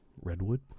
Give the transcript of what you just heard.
Redwood